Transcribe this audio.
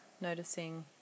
noticing